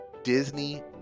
Disney